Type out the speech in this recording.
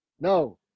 no